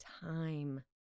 time